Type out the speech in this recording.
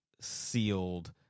sealed